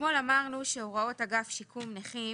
אתמול אמרנו שהוראות אגף שיקום נכים,